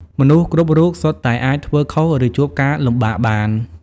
មនុស្សគ្រប់រូបសុទ្ធតែអាចធ្វើខុស ឬជួបការលំបាកបាន។